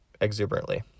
exuberantly